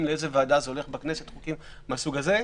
לאיזו ועדה בכנסת הולכים חוקים מהסוג הזה,